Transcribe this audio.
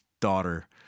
daughter